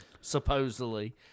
supposedly